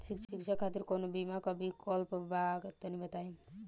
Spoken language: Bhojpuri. शिक्षा खातिर कौनो बीमा क विक्लप बा तनि बताई?